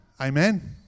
Amen